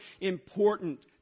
important